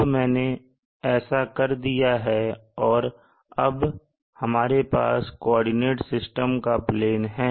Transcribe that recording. अब मैंने ऐसा कर दिया है और अब हमारे पास कोऑर्डिनेट सिस्टम का प्लेन है